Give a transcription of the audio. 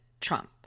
Trump